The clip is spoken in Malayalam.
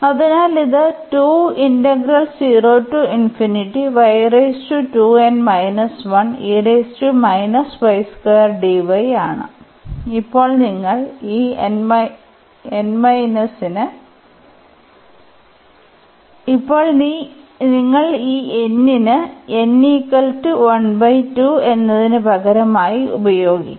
അതിനാൽ ഇത് ആണ് ഇപ്പോൾ നിങ്ങൾ ഈ n ന് എന്നതിന് പകരമായി ഉപയോഗിക്കും